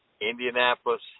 Indianapolis